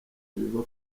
biva